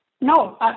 No